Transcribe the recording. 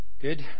Good